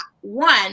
one